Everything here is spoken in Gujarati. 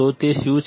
તો તે શું છે